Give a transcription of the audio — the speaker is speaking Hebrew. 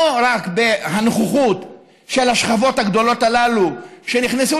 לא רק הנוכחות של השכבות הגדולות הללו שנכנסו